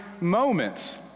moments